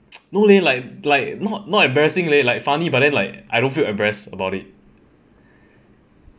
no leh like like not not embarrassing leh like funny but then like I don't feel embarrassed about it